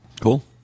Cool